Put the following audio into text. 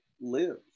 live